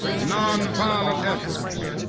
nonviolent efforts.